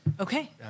Okay